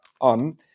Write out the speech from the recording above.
on